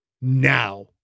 Now